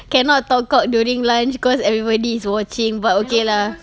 cannot talk cock during lunch cause everybody is watching but okay lah